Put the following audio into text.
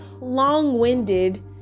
long-winded